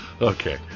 Okay